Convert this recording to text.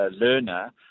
learner